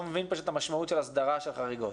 לא מבין את המשמעות של הסדרה של חריגות.